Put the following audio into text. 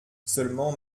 seulement